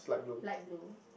light blue